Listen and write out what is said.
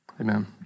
Amen